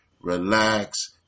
relax